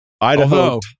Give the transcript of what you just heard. idaho